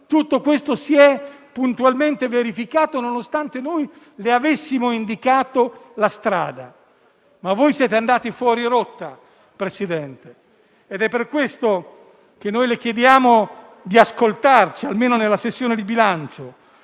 Tutto questo si è puntualmente verificato nonostante noi le avessimo indicato la strada. Ma voi siete andati fuori rotta, presidente Conte, ed è per questo che le chiediamo di ascoltarci almeno nella sessione di bilancio.